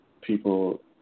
people